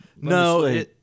No